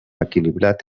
equilibrat